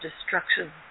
destruction